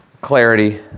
clarity